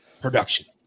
production